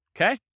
okay